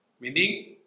meaning